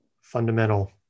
fundamental